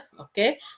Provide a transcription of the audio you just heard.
okay